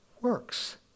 works